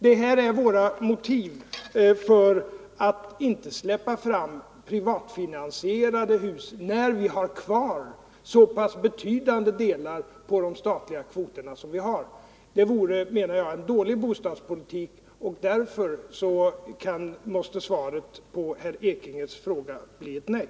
Detta är våra motiv för att inte släppa fram privatfinansierade hus när vi har kvar så betydande delar av de statliga kvoterna. Det vore en dålig bostadspolitik, och därför måste svaret på herr Ekinges fråga bli ett nej.